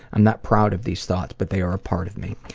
i'm not proud of these thoughts but they are a part of me.